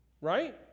Right